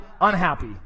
unhappy